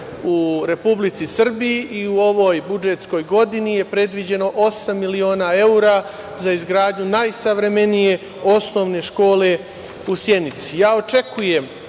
u Republici Srbiji. U ovoj budžetskoj godini je predviđeno osam miliona evra za izgradnju najsavremenije osnovne škole u Sjenici. Ja